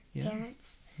parents